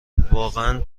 واقعا